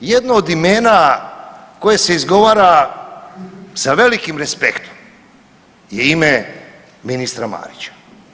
Jedno od imena koje se izgovara sa velikim respektom je ime ministra Marića.